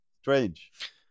Strange